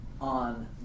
on